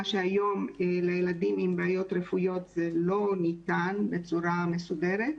מה שהיום לילדים עם בעיות רפואיות לא ניתן בצורה מסודרת.